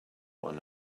one